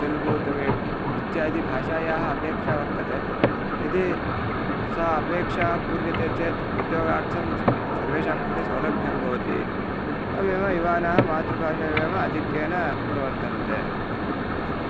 तेलुगु तमिळ् इत्यादिभाषायाः अपेक्षा वर्तते यदि सा अपेक्षा पूर्यते चेत् उद्योगार्थं स् सर्वेषां कृते सौलभ्यं भवति एवमेव युवानाः मातृभाषायामेव आधिक्येन प्रवर्तन्ते